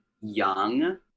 young